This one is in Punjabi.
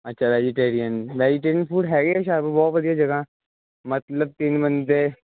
ਅੱਛਾ ਵੈਜੀਟੇਰੀਅਨ ਵੈਜੀਟੇਰੀਅਨ ਫੂਡ ਹੈਗੇ ਆ ਹੁਸ਼ਿਆਰਪੁਰ ਬਹੁਤ ਵਧੀਆ ਜਗ੍ਹਾ ਮਤਲਬ ਤਿੰਨ ਬੰਦੇ